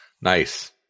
Nice